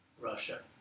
Russia